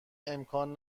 امکان